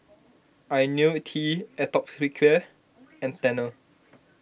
Ionil T Atopiclair and Tena